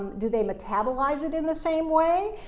do they metabolize it in the same way?